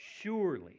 surely